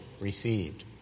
received